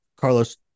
Carlos